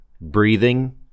breathing